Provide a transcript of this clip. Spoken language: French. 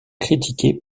critiquées